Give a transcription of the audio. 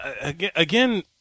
again